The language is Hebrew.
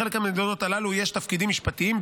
בחלק מהמדינות האלה יש תפקידים משפטיים,